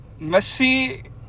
Messi